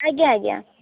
ଆଜ୍ଞା ଆଜ୍ଞା